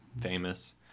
famous